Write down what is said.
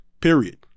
Period